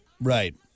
right